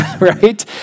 right